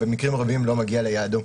במקרים רבים לא מגיע ליעדו.